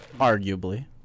Arguably